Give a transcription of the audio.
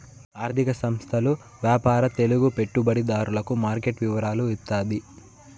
ఆర్థిక సంస్థల వ్యాపార తెలుగు పెట్టుబడిదారులకు మార్కెట్ వివరాలు ఇత్తాది